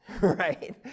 Right